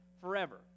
forever